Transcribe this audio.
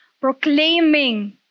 proclaiming